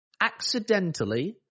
accidentally